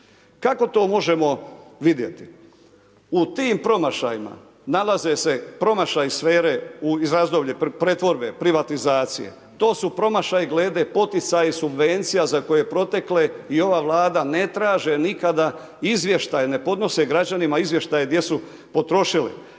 Kako to možemo vidjeti? U tim promašajima nalaze se promašaji sfere iz razdoblje pretvorbe, privatizacije, to su promašaji glede poticaja subvencija za koje protekle i ova Vlada ne traže nikada izvještaj, ne podnose građanima izvještaje gdje su potrošili.